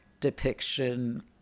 depiction